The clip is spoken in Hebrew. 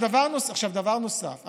דבר נוסף,